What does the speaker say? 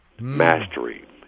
Mastery